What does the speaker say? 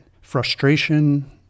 frustration